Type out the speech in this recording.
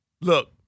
look